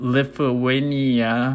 Lithuania